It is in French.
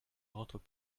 rentrent